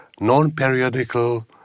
non-periodical